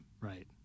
Right